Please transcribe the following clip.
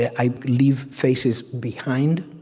yeah i leave phases behind.